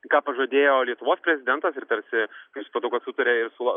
ką pažadėjo lietuvos prezidentas ir tarsi kaip supratau kad sutarė ir su la